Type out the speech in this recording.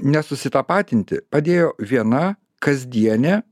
nesusitapatinti padėjo viena kasdienė